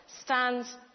stands